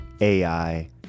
AI